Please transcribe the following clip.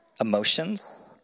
emotions